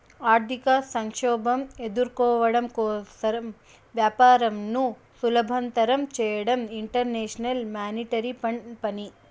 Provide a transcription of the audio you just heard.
ఆర్థిక సంక్షోభం ఎదుర్కోవడం కోసం వ్యాపారంను సులభతరం చేయడం ఇంటర్నేషనల్ మానిటరీ ఫండ్ పని